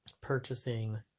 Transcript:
purchasing